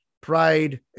pride